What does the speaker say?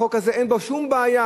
החוק הזה אין בו שום בעיה,